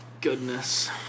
goodness